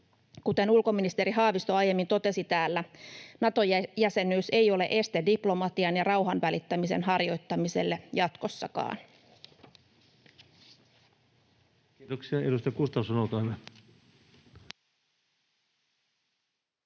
Kuten ulkoministeri Haavisto aiemmin totesi täällä, Nato-jäsenyys ei ole este diplomatian ja rauhan välittämisen harjoittamiselle jatkossakaan. Kiitoksia.